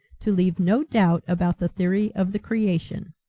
to leave no doubt about the theory of the creation.